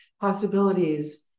possibilities